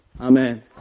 Amen